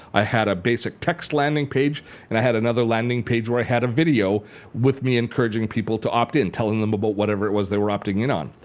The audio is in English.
i had a basic text landing page and i had another landing page where i had a video with me encouraging people to opt in, telling them about whatever it was that were opting in on.